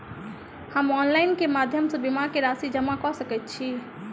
हम ऑनलाइन केँ माध्यम सँ बीमा केँ राशि जमा कऽ सकैत छी?